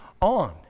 on